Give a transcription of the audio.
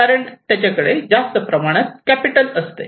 कारण त्याच्याकडे जास्त प्रमाणात कॅपिटल असते